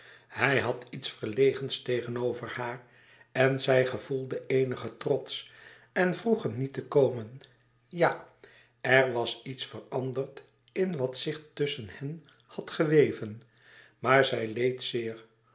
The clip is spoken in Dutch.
hij had iets verlegens tegenover haar en zij gevoelde eenigen trots en vroeg hem niet te komen ja er was iets veranderd in wat zich tusschen hen had geweven maar zij leed zeer